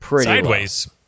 sideways